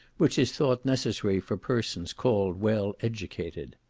which is thought necessary for persons called well educated.